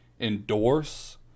endorse